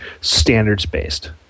standards-based